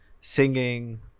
singing